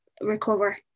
recover